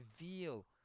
reveal